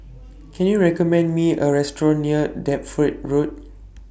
Can YOU recommend Me A Restaurant near Deptford Road